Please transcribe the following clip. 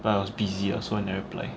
but I was busy lah so I never reply